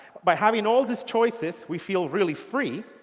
by having all of these choices, we feel really free.